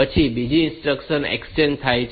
પછી બીજી instruction exchange થાય છે